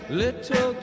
little